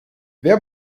wer